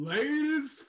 Ladies